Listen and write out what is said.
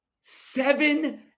seven